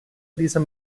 dieser